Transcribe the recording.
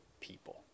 People